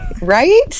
Right